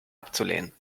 abzulehnen